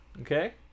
Okay